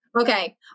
Okay